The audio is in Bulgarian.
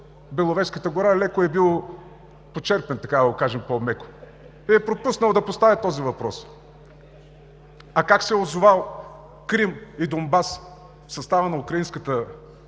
Беловежката гора леко е бил почерпен, така да го кажем по-меко, и е пропуснал да постави този въпрос. А как са се озовали Крим и Донбас в състава на Украинската